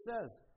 says